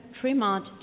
Tremont